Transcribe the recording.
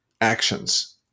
actions